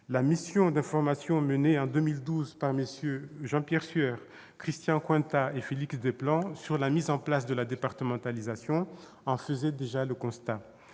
La mission d'information menée en 2012 par MM. Jean-Pierre Sueur, Christian Cointat et Félix Desplan sur la mise en place de la départementalisation en faisait déjà le constat.